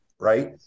Right